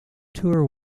tour